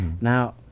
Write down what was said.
Now